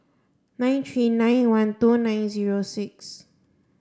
nine three nine one two nine zero six